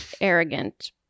arrogant